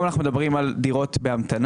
היום אנחנו מדברים על דירות בהמתנה.